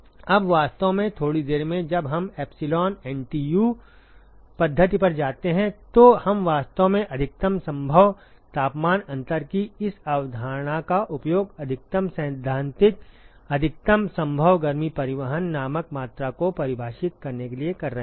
अब वास्तव में थोड़ी देर में जब हम एप्सिलॉन एनटीयू पद्धति पर जाते हैं तो हम वास्तव में अधिकतम संभव तापमान अंतर की इस अवधारणा का उपयोग अधिकतम सैद्धांतिक अधिकतम संभव गर्मी परिवहन नामक मात्रा को परिभाषित करने के लिए कर रहे हैं